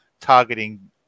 targeting